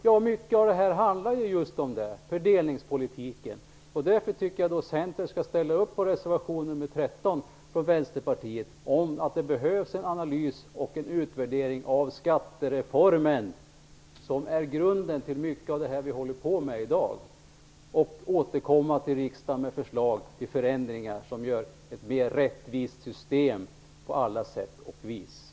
Ja, mycket av detta handlar just om fördelningspolitiken. Därför tycker jag att Centern skall ställa upp på reservation nr 13 från Vänsterpartiet. Det behövs nämligen en analys och en utvärdering av skattereformen, vilken ju är grunden till mycket av det som vi i dag håller på med. Vidare gäller det att återkomma till riksdagen med förslag till förändringar som innebär ett på alla sätt och vis rättvisare system.